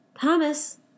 Thomas